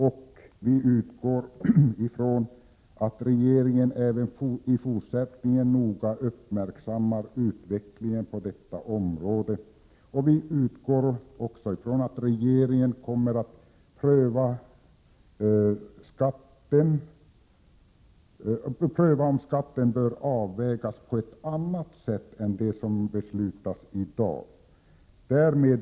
Enligt utskottets uppfattning bör regeringen även i fortsättningen noga uppmärksamma utvecklingen på detta område. Utskottet utgår från att regeringen därvid kommer att pröva om ——— skatten bör avvägas på annat sätt än som föreslagits i propositionen”.